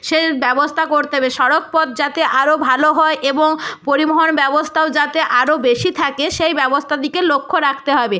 সেই ব্যবস্থা করতে হবে সড়ক পথ যাতে আরো ভালো হয় এবং পরিবহন ব্যবস্থাও যাতে আরো বেশি থাকে সেই ব্যবস্থার দিকে লক্ষ্য রাখতে হবে